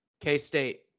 K-State